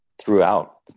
throughout